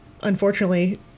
unfortunately